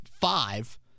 Five